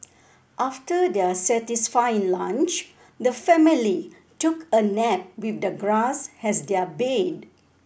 after their satisfying lunch the family took a nap with the grass as their bed